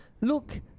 Look